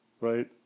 right